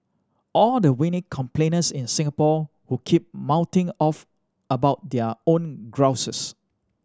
all the whiny complainers in Singapore who keep mouthing off about their own grouses